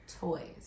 toys